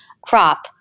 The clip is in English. crop